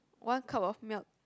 one cup of milk